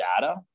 data